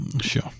sure